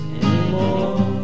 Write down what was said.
anymore